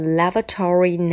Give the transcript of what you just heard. lavatory